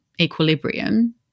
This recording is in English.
equilibrium